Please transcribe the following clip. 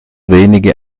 wenige